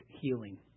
healing